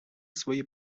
свої